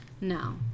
No